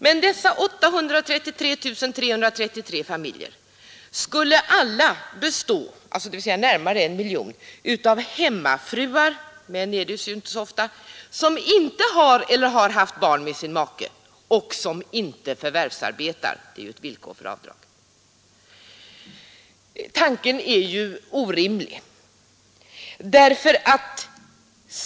Men i alla dessa 833 333 familjer, alltså närmare 1 miljon, skulle det finnas hemmafruar — män är det ju inte så ofta — som inte har eller har haft barn med sin make och som inte förvärvsarbetar; vilket är ett villkor för avdrag.